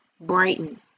brighten